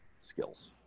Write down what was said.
skills